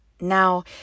Now